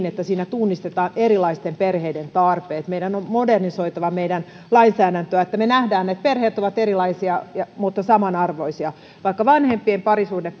että siinä tunnistetaan erilaisten perheiden tarpeet meidän on modernisoitava meidän lainsäädäntöä että me näemme että perheet ovat erilaisia mutta samanarvoisia vaikka vanhempien parisuhde